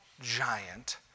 giant